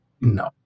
No